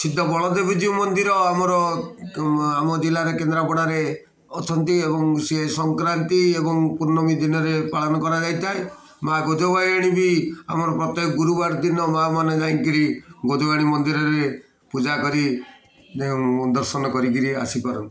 ସିଦ୍ଧ ବଳଦେବଜୀଉ ମନ୍ଦିର ଆମର ଆମ ଜିଲ୍ଲାରେ କେନ୍ଦ୍ରାପଡ଼ାରେ ଅଛନ୍ତି ଏବଂ ସିଏ ସଂକ୍ରାନ୍ତି ଏବଂ ପୂର୍ଣ୍ଣମୀ ଦିନରେ ପାଳନ କରାଯାଇଥାଏ ମା'ଗୋଜବାୟାଣୀ ବି ଆମର ପ୍ରତ୍ୟେକ ଗୁରୁବାର ଦିନ ମା'ମାନେ ଯାଇ କରି ଗୋଜବାୟାଣୀ ମନ୍ଦିରରେ ପୂଜା କରି ଦର୍ଶନ କରି କରି ଆସିପାରନ୍ତି